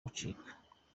gucika